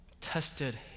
tested